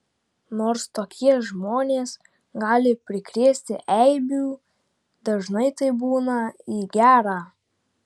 nors tokie žmonės gali prikrėsti eibių dažnai tai būna į gera